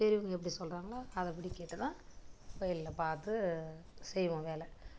பெரியவங்க எப்படி சொல்கிறாங்களோ அதைப்படி கேட்டுதான் வயல்ல பார்த்து செய்வோம் வேலை